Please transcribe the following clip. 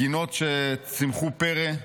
גינות שצימחו פרא,